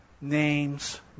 names